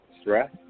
stress